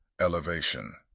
elevation